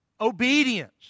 Obedience